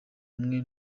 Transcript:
umwe